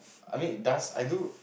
I mean it does I do